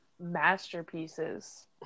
masterpieces